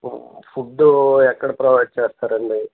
food ఎక్కడ provide చేస్తారు అండి